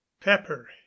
pepper